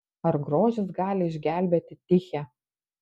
ar grožis gali išgelbėti tichę